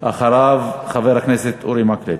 אחריו, חבר הכנסת אורי מקלב.